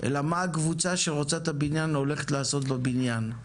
אלא מה הקבוצה שרוצה את הבניין הולכת לעשות בבניין.